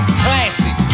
classic